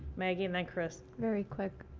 maggie and then chris. very quick.